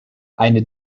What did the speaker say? eine